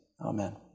Amen